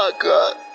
ah good